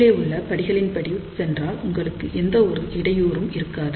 கீழே உள்ள படிகளின்படி சென்றால் உங்களுக்கு எந்த ஒரு இடையூறும் இருக்காது